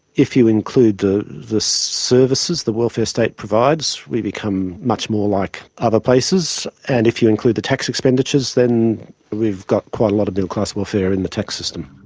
if you include the the services the welfare state provides we become much more like other places. and if you include the tax expenditures, then we've got quite a lot of middle-class welfare in the tax system.